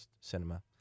cinema